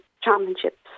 championships